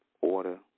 Order